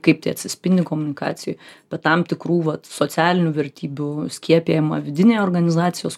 kaip tai atsispindi komunikacijoj bet tam tikrų vat socialinių vertybių skiepijama vidinė organizacijos